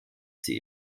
sie